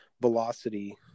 velocity